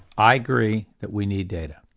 i agree that we need data.